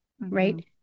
right